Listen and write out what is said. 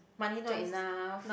money not enough